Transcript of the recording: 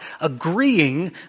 agreeing